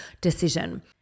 decision